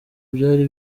byari